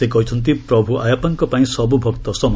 ସେ କହିଛନ୍ତି ପ୍ରଭୁ ଆୟାପ୍ପାଙ୍କ ପାଇଁ ସବୁ ଭକ୍ତ ସମାନ